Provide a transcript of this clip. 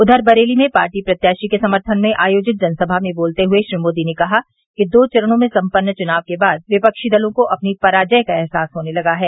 उधर बरेली में पार्टी प्रत्याशी के समर्थन में आयोजित जनसभा में बोलते हए श्री मोदी ने कहा कि दो चरणों में सम्पन्न चुनाव के बाद विपक्षी दलों को अपनी पराजय का अहसास होने लगा है